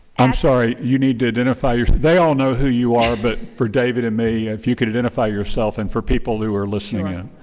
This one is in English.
i'm sorry, you need to identify yourself. they all know who you are, but for david and me, if you could, identify yourself and for people who are listening in.